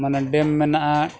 ᱢᱟᱱᱮ ᱰᱮᱢ ᱢᱮᱱᱟᱜᱼᱟ